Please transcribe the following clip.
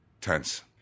Tense